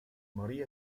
morì